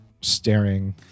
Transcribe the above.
staring